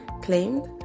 claimed